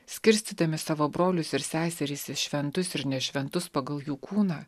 skirstydami savo brolius ir seseris į šventus ir nešventus pagal jų kūną